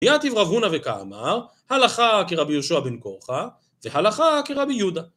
יתיב רב הונא וקאמר, הלכה כרבי יהושע בן קרחה והלכה כרבי יהודה.